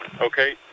okay